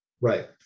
right